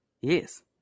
Yes